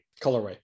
colorway